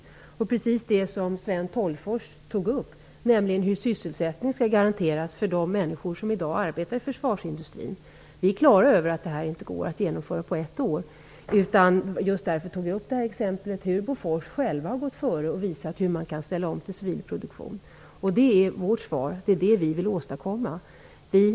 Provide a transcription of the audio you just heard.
Det gäller precis det som Sten Tolgfors tog upp, nämligen hur sysselsättningen skall garanteras för de människor som i dag arbetar i försvarsindustrin. Vi är klara över att det inte går att genomföra detta på ett år. Just därför tog jag exemplet med Bofors, som har gått före och visat hur man kan ställa om till civil produktion. Det är vårt svar; det är det vi vill åstadkomma.